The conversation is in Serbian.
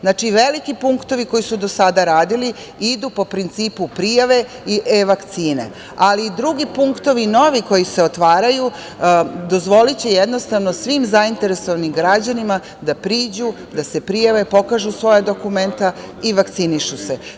Znači, veliki punktovi koji su do sada radili idu po principu prijave i e-vakcine, ali drugi punktovi, novi, koji se otvaraju dozvoliće jednostavno svim zainteresovanim građanima da priđu, da se prijave, pokažu svoja dokumenta i vakcinišu se.